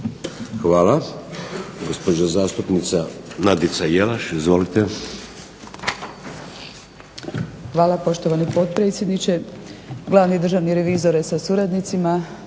Hvala. Gospođa zastupnica Nadica Jelaš, izvolite. **Jelaš, Nadica (SDP)** Hvala poštovani potpredsjedniče, glavni državni revizore sa suradnicima,